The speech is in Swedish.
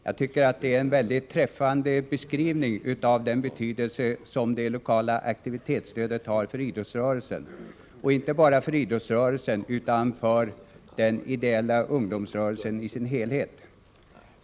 Jag tycker att det är en mycket träffande beskrivning av den betydelse som det lokala aktivitetsstödet har för idrottsrörelsen — och inte bara för idrottsrörelsen utan också för den ideella ungdomsrörelsen i dess helhet.